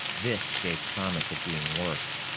this gave promise of being worse.